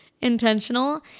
intentional